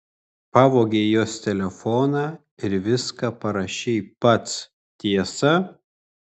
pavogei jos telefoną ir viską parašei pats tiesa